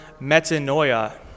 metanoia